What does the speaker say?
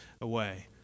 away